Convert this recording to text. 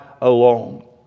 alone